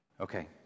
Okay